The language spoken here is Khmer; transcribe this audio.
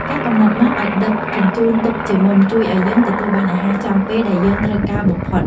ការកំណត់ម៉ោងឱ្យដឹកជញ្ជូនទុកជាមុនជួយឱ្យយើងទទួលបានអាហារចំពេលដែលយើងត្រូវការបំផុត។